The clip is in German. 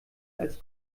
als